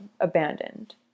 abandoned